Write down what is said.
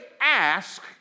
ask